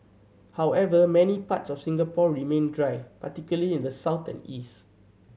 however many parts of Singapore remain dry particularly in the south and east